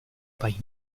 país